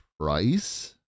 price